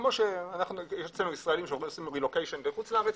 כמו שיש אצלנו ישראלים שעשו רילוקיישן לחוץ לארץ,